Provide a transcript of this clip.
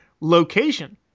Location